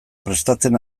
prestatzen